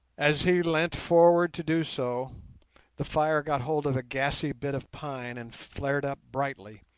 as he leant forward to do so the fire got hold of a gassy bit of pine and flared up brightly,